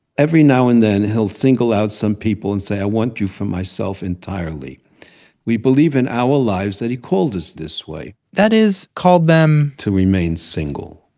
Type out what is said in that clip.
every now and then he'll single out some people and say, i want you for myself entirely we believe in our lives that he called us this way. that is, called them, to remain single.